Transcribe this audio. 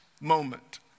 moment